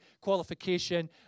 qualification